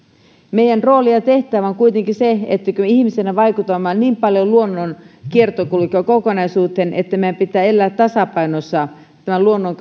meidän roolimme ja tehtävämme on kuitenkin se kun ihmisinä vaikutamme niin paljon luonnon kiertokulkuun ja kokonaisuuteen että meidän pitää elää tasapainossa luonnon